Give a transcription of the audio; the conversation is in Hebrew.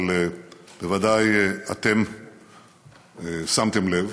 אבל בוודאי שמתם לב